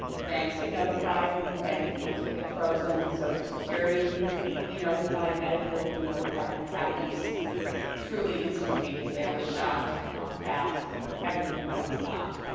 the banks get notified and bank accounts will get frozen, social social security will be notified, medicare will be notified and it happens truly instantaneously. i was shocked at how fast everything got stopped.